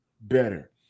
better